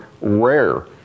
rare